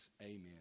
Amen